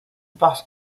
bus